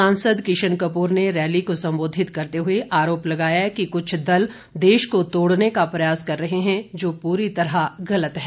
सांसद किशन कपूर ने रैली को संबोधित करते हुए आरोप लगाया कि कुछ दल देश को तोड़ने का प्रयास कर रहे हैं जो पूरी तरह गलत है